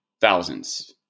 thousands